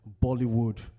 Bollywood